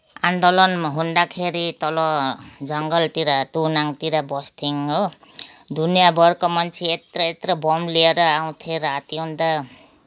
आन्दोलन हुँदाखेरि तल जङ्गलतिर तुनाङतिर बस्थ्यौँ हो दुनियाभरको मान्छे यत्रो यत्रो बम लिएर आउँथे राति उँदो